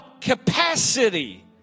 capacity